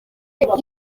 iyo